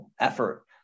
effort